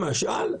למשל,